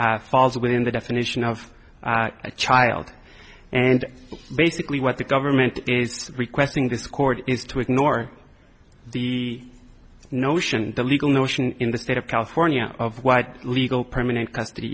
grandparent falls within the definition of a child and basically what the government is requesting this court is to ignore the notion the legal notion in the state of california of what legal permanent custody